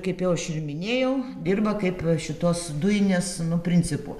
kaip jau aš ir minėjau dirba kaip šitos dujinės nu principu